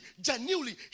genuinely